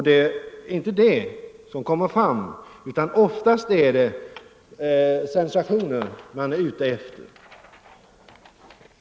Dessa fakta kommer inte fram, utan oftast är det sensationen som man är ute efter.